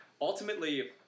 ultimately